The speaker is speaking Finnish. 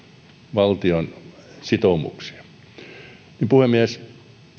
valtion sitoumuksia puhemies